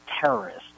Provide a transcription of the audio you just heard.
terrorist